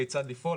כיצד לפעול,